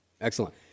Excellent